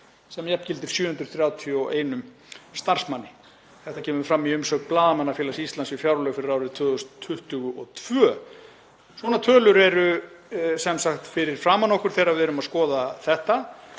sem jafngildir 731 starfsmanni. Þetta kemur fram í umsögn Blaðamannafélags Íslands við fjárlög fyrir árið 2022. Svona tölur eru fyrir framan okkur þegar við erum að skoða þetta.